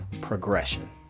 progression